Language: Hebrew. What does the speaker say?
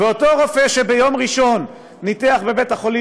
ואותו רופא שביום ראשון ניתח בבית-החולים